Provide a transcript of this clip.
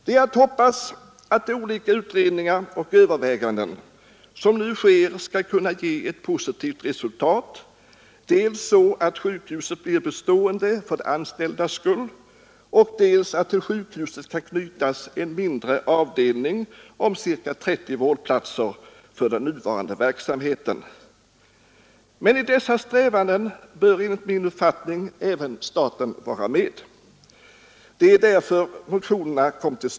Det är att hoppas att de olika utredningar och överväganden som nu sker skall kunna ge ett positivt resultat, så att dels sjukhuset blir bestående för de anställdas skull, dels till sjukhuset kan knytas en mindre avdelning om ca 30 vårdplatser för den nuvarande verksamheten. Men i dessa strävanden bör enligt min uppfattning även staten vara med. Det var därför motionerna kom till.